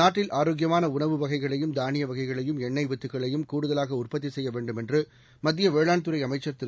நாட்டில் ஆரோக்கியமானஉணவு வகைகளையும் தானியவகைகளையும் எண்ணெய் வித்துக்களையும் கூடுதலாகஉற்பத்திசெய்யவேண்டும் என்றுமத்தியவேளாண் துறைஅமைச்சர் திரு